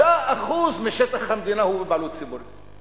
ש-93% משטח המדינה הוא בבעלות ציבורית.